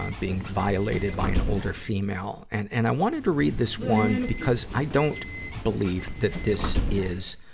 um being violated by an older female. and, and i wanted to read this one because i don't believe that this is,